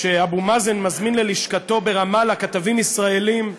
כשאבו מאזן מזמין ללשכתו ברמאללה כתבים ישראלים,